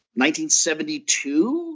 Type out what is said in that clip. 1972